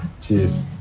Cheers